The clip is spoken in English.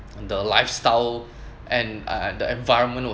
the lifestyle and uh the environment was